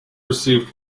received